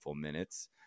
minutes